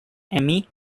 emmy